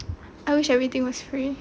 I wish everything was free